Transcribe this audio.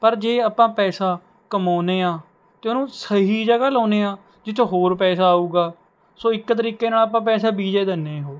ਪਰ ਜੇ ਆਪਾਂ ਪੈਸਾ ਕਮਾਉਂਦੇ ਹਾਂ ਅਤੇ ਉਹਨੂੰ ਸਹੀ ਜਗ੍ਹਾ ਲਗਾਉਂਦੇ ਹਾਂ ਜਿੱਥੋਂ ਹੋਰ ਪੈਸਾ ਆਵੇਗਾ ਸੋ ਇੱਕ ਤਰੀਕੇ ਨਾਲ ਆਪਾਂ ਪੈਸਾ ਬੀਜ ਹੀ ਦਿੰਦੇ ਹਾਂ ਉਹ